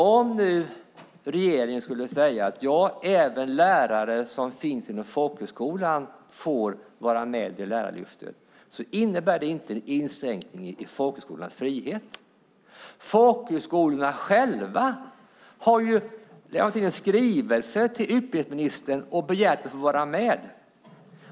Om regeringen säger att även lärare i folkhögskolorna får vara med i Lärarlyftet innebär det inte en inskränkning i folkhögskolornas frihet. Folkhögskolorna har lämnat en skrivelse till utbildningsministern och begärt att få vara med.